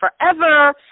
forever